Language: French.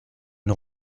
une